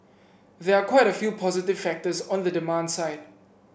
there are quite a few positive factors on the demand side